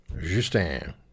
Justin